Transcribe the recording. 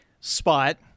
spot—